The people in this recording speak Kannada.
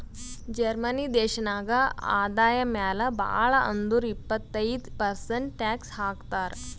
ಜರ್ಮನಿ ದೇಶನಾಗ್ ಆದಾಯ ಮ್ಯಾಲ ಭಾಳ್ ಅಂದುರ್ ಇಪ್ಪತ್ತೈದ್ ಪರ್ಸೆಂಟ್ ಟ್ಯಾಕ್ಸ್ ಹಾಕ್ತರ್